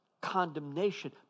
condemnation